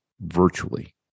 virtually